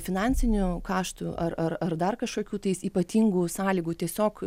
finansinių kaštų ar ar ar dar kažkokių tais ypatingų sąlygų tiesiog